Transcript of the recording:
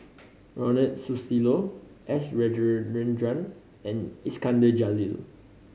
Ronald Susilo S Rajendran and Iskandar Jalil